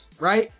right